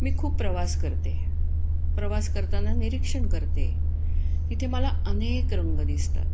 मी खूप प्रवास करते प्रवास करताना निरीक्षण करते तिथे मला अनेक रंग दिसतात